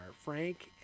Frank